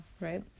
right